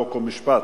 חוק ומשפט,